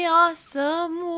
awesome